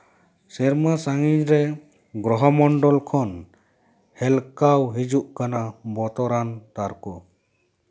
ᱥᱮᱨᱢᱟ ᱥᱟᱺᱜᱤᱧ ᱨᱮ ᱜᱨᱚᱦᱚ ᱢᱚᱱᱰᱚᱞ ᱠᱷᱚᱱ ᱦᱮᱞᱠᱟᱣ ᱦᱤᱡᱩᱜ ᱠᱟᱱᱟ ᱵᱚᱛᱚᱨᱟᱱ ᱛᱟᱨᱠᱳ